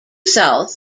south